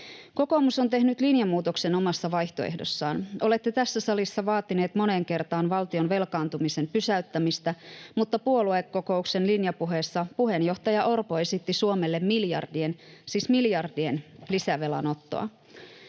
Kokoomus on nyt tehnyt linjanmuutoksen omassa vaihtoehdossaan. Olette tässä salissa vaatineet moneen kertaan valtion velkaantumisen pysäyttämistä, mutta puoluekokouksen linjapuheessa puheenjohtaja Orpo esitti Suomelle miljardien — siis